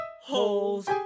holes